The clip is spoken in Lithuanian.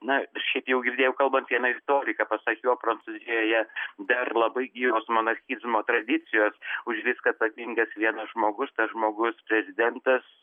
na šiaip jau girdėjau kalbant vieną istoriką pasak jo prancūzijoje dar labai gyvos monarchizmo tradicijos už viską atsakingas vienas žmogus tas žmogus prezidentas